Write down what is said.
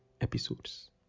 episodes